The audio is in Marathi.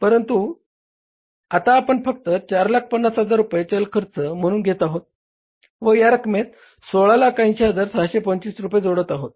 परंतु आता आपण फक्त 450000 रूपये चल खर्च म्हणून घेत आहोत व या रकमेत 1680625 रुपये जोडत आहोत